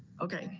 okay.